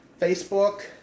Facebook